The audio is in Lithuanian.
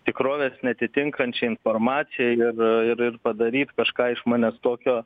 tikrovės neatitinkančią informaciją ir ir ir padaryt kažką iš manęs tokio